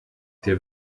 der